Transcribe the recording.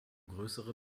größere